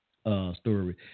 story